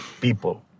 people